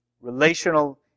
relational